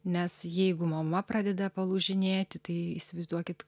nes jeigu mama pradeda palūžinėti tai įsivaizduokit